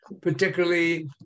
particularly